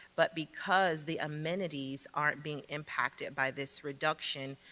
but because the amenities aren't being impacted by this reduction,